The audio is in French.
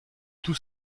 tous